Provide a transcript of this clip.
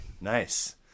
Nice